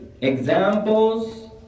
Examples